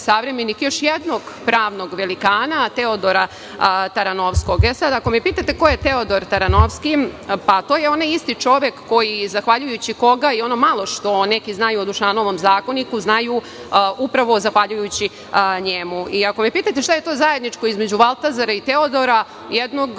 savremenik još jednog pravnog velikana, Teodora Taranovskog. Ako me pitate ko je Teodor Taranovski, to je onaj isti čovek zahvaljujući kome i ono malo što neki znaju o Dušanovom zakoniku, znaju upravo zahvaljujući njemu. Ako me pitate šta je to zajedničko između Valtazara i Teodora, jednog